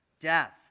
death